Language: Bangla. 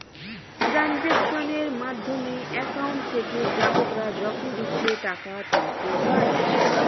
ট্রানজাক্শনের মাধ্যমে অ্যাকাউন্ট থেকে গ্রাহকরা যখন ইচ্ছে টাকা তুলতে পারে